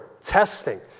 testing